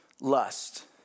Lust